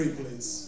please